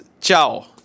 ciao